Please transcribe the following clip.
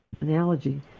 analogy